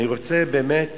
אני רוצה באמת